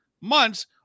months